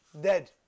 Dead